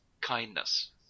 kindness